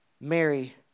Mary